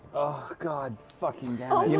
god fucking yeah you know